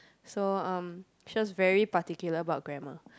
so um she was very particular about grammar